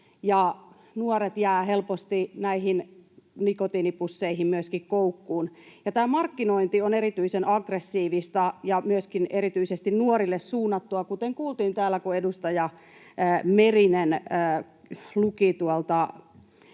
nuoret jäävät helposti näihin nikotiinipusseihin myöskin koukkuun. Ja tämä markkinointi on erityisen aggressiivista ja myöskin erityisesti nuorille suunnattua, kuten kuultiin täällä, kun edustaja Merinen luki tuolta